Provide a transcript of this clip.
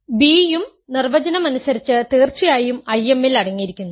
b യും നിർവചനം അനുസരിച്ച് തീർച്ചയായും I m അടങ്ങിയിരിക്കുന്നു